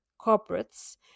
corporates